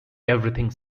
everything